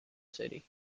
city